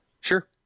Sure